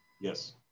Yes